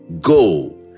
Go